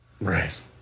Right